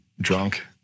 Drunk